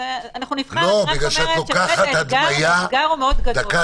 זה אתגר מאוד גדול.